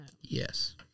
Yes